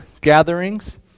gatherings